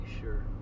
sure